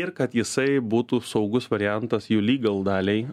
ir kad jisai būtų saugus variantas jų lygal daliai